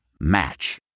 Match